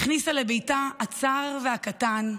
הכניסה לביתה הצר והקטן,